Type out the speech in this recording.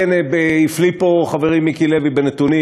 הפליא פה חברי מיקי לוי בנתונים.